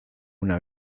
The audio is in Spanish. una